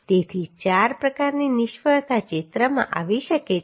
તેથી 4 પ્રકારની નિષ્ફળતા ચિત્રમાં આવી શકે છે